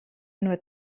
nur